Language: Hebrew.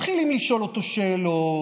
מתחילים לשאול אותו שאלות.